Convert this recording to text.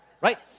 Right